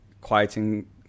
quieting